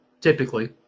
typically